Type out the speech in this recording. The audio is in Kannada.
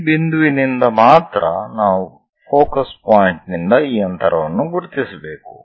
ಈ ಬಿಂದುವಿನಿಂದ ಮಾತ್ರ ನಾವು ಫೋಕಸ್ ಪಾಯಿಂಟ್ ನಿಂದ ಈ ಅಂತರವನ್ನು ಗುರುತಿಸಬೇಕು